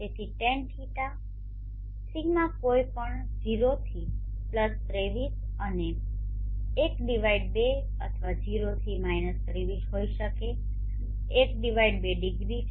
તેથી tan δ δ કોઈપણ કિંમત 0 થી 23 અને 12 અથવા 0 થી 23 હોઈ શકે ½ ડિગ્રી છે